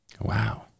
wow